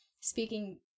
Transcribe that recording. speaking